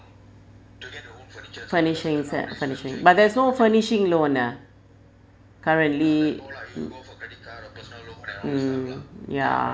furnishings set furnishing but there's no furnishing loan ah currently mm ya